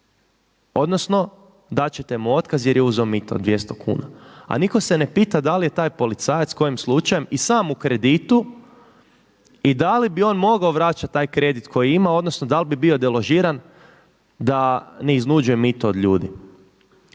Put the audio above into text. odnosno dat ćete mu otkaz jer je uzeo mito od 200 kuna. A nitko se ne pita da li je taj policajac kojim slučajem i sam u kreditu i da li bi on mogao vraćati taj kredit koji ima, odnosno da li bi bio deložiran da ne iznuđuje mito od ljudi?